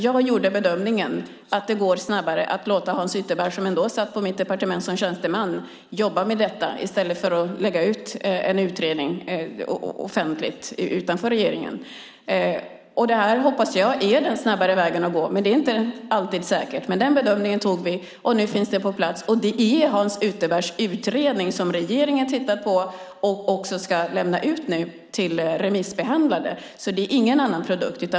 Jag gjorde bedömningen att det går snabbare att låta Hans Ytterberg som fanns på mitt departement som tjänsteman jobba med detta än att lägga ut en utredning utanför regeringen. Jag hoppas att det här är den snabbare vägen. Det är inte säkert. Den bedömningen gjorde vi och nu finns det på plats. Det är Hans Ytterbergs utredning som regeringen tittar på och ska lämna ut till remissbehandling. Det är ingen annan produkt.